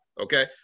okay